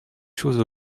choses